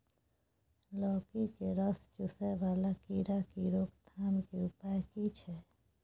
लौकी के रस चुसय वाला कीरा की रोकथाम के उपाय की छै?